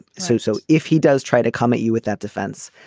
so. so if he does try to come at you with that defense,